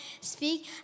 speak